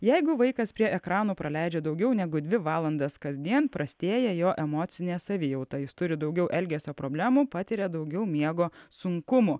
jeigu vaikas prie ekranų praleidžia daugiau negu dvi valandas kasdien prastėja jo emocinė savijauta jis turi daugiau elgesio problemų patiria daugiau miego sunkumų